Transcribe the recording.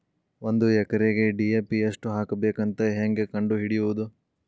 ಒಂದು ಎಕರೆಗೆ ಡಿ.ಎ.ಪಿ ಎಷ್ಟು ಹಾಕಬೇಕಂತ ಹೆಂಗೆ ಕಂಡು ಹಿಡಿಯುವುದು?